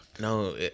No